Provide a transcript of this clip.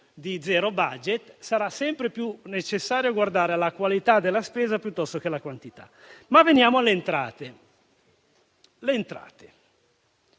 di zero *budget*, sarà sempre più necessario guardare alla qualità della spesa invece che alla quantità. Veniamo alle entrate.